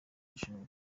bujura